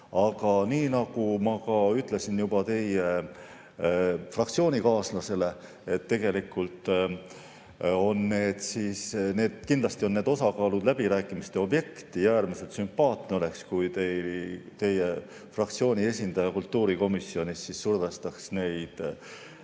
Aga nii nagu ma ka ütlesin teie fraktsioonikaaslasele, siis kindlasti on need osakaalud läbirääkimiste objekt ja äärmiselt sümpaatne oleks, kui teie fraktsiooni esindaja kultuurikomisjonis survestaks neid